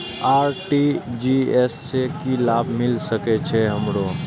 RTGS से की लाभ मिल सके छे हमरो?